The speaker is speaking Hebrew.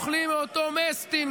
אוכלים מאותו מסטינג,